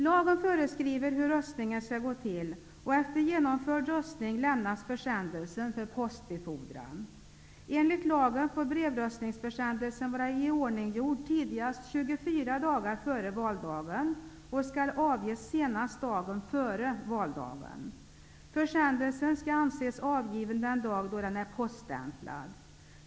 Lagen föreskriver hur röstningen skall gå till, och efter genomförd röstning lämnas försändelsen för postbefordran. Enligt lagen får brevröstningsförsändelsen vara iordninggjord tidigast 24 dagar före valdagen och skall avges senast dagen före valdagen. Försändelsen skall anses vara avgiven den dag då den är poststämplad.